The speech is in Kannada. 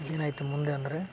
ಏನಾಯಿತು ಮುಂದೆ ಅಂದರೆ